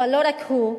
אבל לא רק הוא,